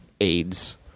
AIDS